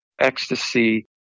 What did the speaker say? ecstasy